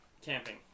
camping